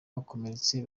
bakomeretse